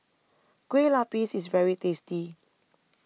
Kueh Lupis IS very tasty